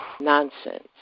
nonsense